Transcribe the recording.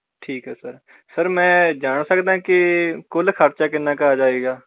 ਠੀਕ ਹੈ sir sir ਮੈਂ ਜਾਣ ਸਕਦਾ ਕਿ ਕੁੱਲ ਖਰਚਾ ਕਿੰਨ੍ਹਾ ਕੁ ਆ ਜਾਵੇਗਾ